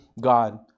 God